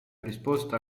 risposta